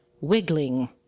wiggling